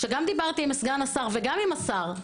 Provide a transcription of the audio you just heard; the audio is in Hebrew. שגם דיברתי עם סגן השר וגם עם השר,